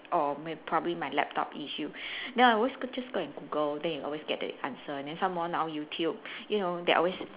or may~ probably my laptop issue then I always go just go and Google then you always get the answer then some more now YouTube you know they always